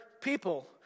people